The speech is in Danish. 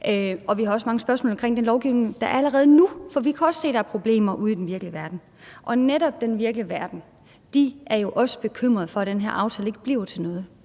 og vi har også mange spørgsmål om den lovgivning, som der er der allerede nu, for vi kan også se, at der er problemer ude i den virkelige verden. I netop den virkelige verden er man også bekymret for, at den her aftale ikke bliver til noget,